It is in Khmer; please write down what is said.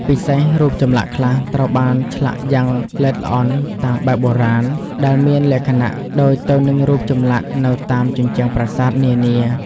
ពិសេសរូបចម្លាក់ខ្លះត្រូវបានឆ្លាក់យ៉ាងល្អិតល្អន់តាមបែបបុរាណ ដែលមានលក្ខណៈដូចទៅនឹងរូបចម្លាក់នៅតាមជញ្ជាំងប្រាសាទនានា។